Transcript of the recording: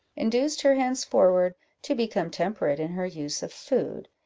induced her henceforward to become temperate in her use of food,